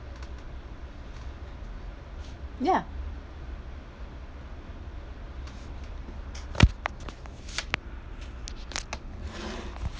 ya